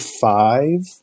five